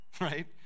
right